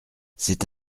c’est